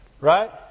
Right